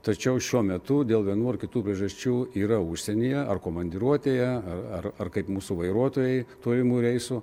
tačiau šiuo metu dėl vienų ar kitų priežasčių yra užsienyje ar komandiruotėje ar ar ar kaip mūsų vairuotojai tolimų reisų